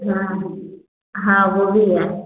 हाँ वह हाँ वह भी है